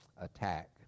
attack